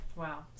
wow